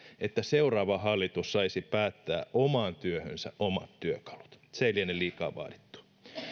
että seuraava hallitus saisi päättää omaan työhönsä omat työkalut se ei liene liikaa vaadittu